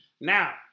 Now